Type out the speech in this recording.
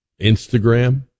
Instagram